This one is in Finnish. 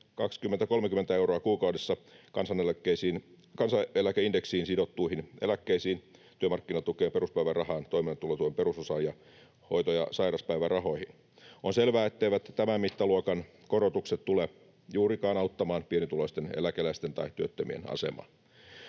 20—30 euroa kuukaudessa kansaneläkeindeksiin sidottuihin eläkkeisiin, työmarkkinatukeen ja peruspäivärahaan, toimeentulotuen perusosaan ja hoito- ja sairauspäivärahoihin. On selvää, etteivät tämän mittaluokan korotukset tule juurikaan auttamaan pienituloisten eläkeläisten tai työttömien asemaa.